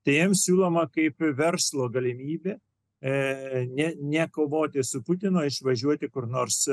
tai jiems siūloma kaip verslo galimybė ne nekovoti su putino išvažiuoti kur nors